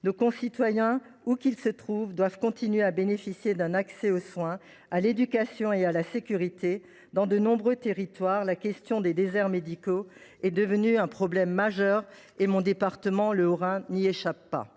Nos concitoyens, où qu’ils se trouvent, doivent continuer à bénéficier d’un accès aux soins, à l’éducation et à la sécurité. Dans de nombreux territoires, la question des déserts médicaux est devenue un problème majeur, et le département dont je suis élue, le Haut